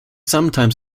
sometimes